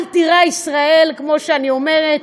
אל תירא ישראל, כמו שאני אומרת,